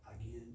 again